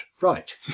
Right